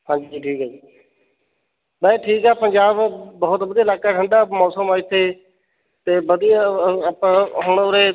ਹਾਂਜੀ ਠੀਕ ਆ ਜੀ ਵੈਸੇ ਠੀਕ ਹੈ ਪੰਜਾਬ ਬਹੁਤ ਵਧੀਆ ਇਲਾਕਾ ਠੰਡਾ ਮੌਸਮ ਆ ਇੱਥੇ ਅਤੇ ਵਧੀਆ ਆਪਾਂ ਹੁਣ ਉਰੇ